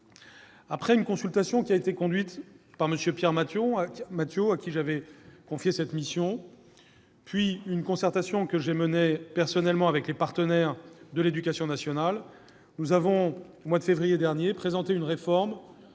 Après une consultation conduite par M. Pierre Mathiot, à qui j'avais confié cette mission, puis une concertation que j'ai menée personnellement avec les partenaires de l'éducation nationale, nous avons, au mois de février dernier, présenté une réforme